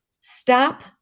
stop